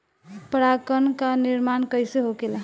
पराग कण क निर्माण कइसे होखेला?